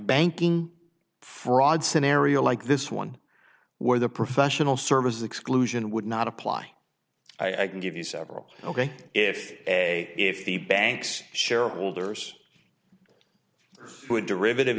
banking fraud scenario like this one where the professional services exclusion would not apply i can give you several ok if a if the bank's shareholders would derivative